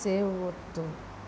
save ಒತ್ತು